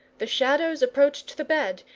the shadows approached the bed,